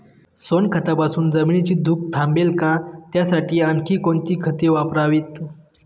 सोनखतापासून जमिनीची धूप थांबेल का? त्यासाठी आणखी कोणती खते वापरावीत?